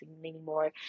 anymore